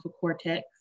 cortex